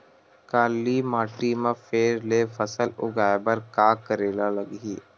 काली माटी म फेर ले फसल उगाए बर का करेला लगही?